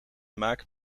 maken